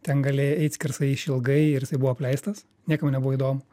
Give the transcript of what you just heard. ten galėjai eit skersai išilgai ir jisai buvo apleistas niekam nebuvo įdomu